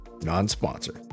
non-sponsor